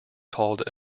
called